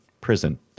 prison